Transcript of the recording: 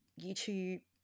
YouTube